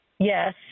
yes